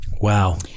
Wow